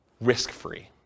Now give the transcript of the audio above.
risk-free